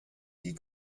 die